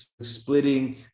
splitting